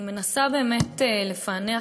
אני מנסה, באמת, לפענח